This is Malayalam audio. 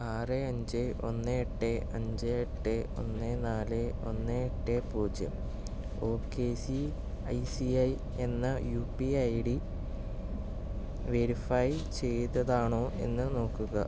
ആറ് അഞ്ച് ഒന്ന് എട്ട് അഞ്ച് എട്ട് ഒന്ന് നാല് ഒന്ന് എട്ട് പൂജ്യം O K C I C I എന്ന U P I D verify ചെയ്തതാണോ എന്ന് നോക്കുക